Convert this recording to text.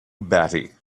batty